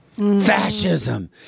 fascism